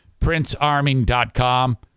PrinceArming.com